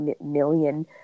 million